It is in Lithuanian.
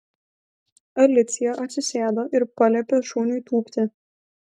alicija atsisėdo ir paliepė šuniui tūpti